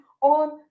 on